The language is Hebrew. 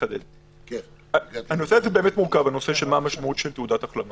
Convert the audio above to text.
מה המשמעות של תעודת החלמה.